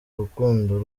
rukundo